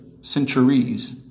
centuries